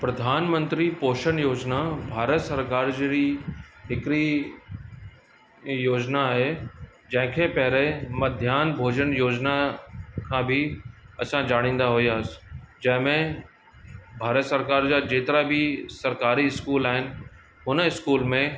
प्रधान मंत्री पोषन योजना भारत सरकार जो ई हिकरी योजना आए जैंखे पैरें मध्यान भोजन योजना खां बि असां ॼाणींदा हुआसीं जंहिंमें भारत सरकार जा जेतिरा बि सरकारी स्कूल आहिनि उन स्कूल में